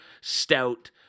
stout